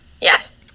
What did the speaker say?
Yes